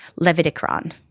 Leviticron